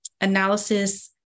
analysis